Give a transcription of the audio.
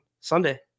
Sunday